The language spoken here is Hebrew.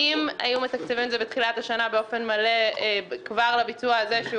אם היו מתקצבים את זה בתחילת השנה באופן מלא כבר לביצוע הזה,